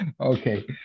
okay